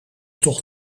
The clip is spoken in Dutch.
toch